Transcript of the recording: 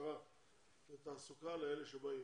הכשרה לתעסוקה לאלה שבאים.